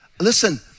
Listen